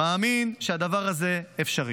אני מאמין שהדבר הזה אפשרי.